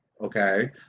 okay